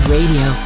Radio